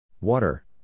Water